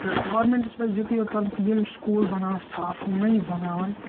تہٕ گورمیٚنٹَس پَزِ یُتے یوت کَرُن کہِ یم سکول بَناوَن صاف نٔیۍ بَناوَن